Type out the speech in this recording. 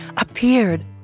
appeared